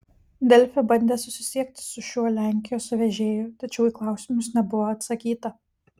delfi bandė susisiekti su šiuo lenkijos vežėju tačiau į klausimus nebuvo atsakyta